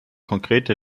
konkrete